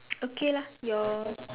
okay lah your